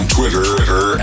Twitter